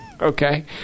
okay